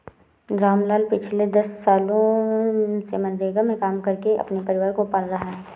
रामलाल पिछले दस सालों से मनरेगा में काम करके अपने परिवार को पाल रहा है